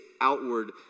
outward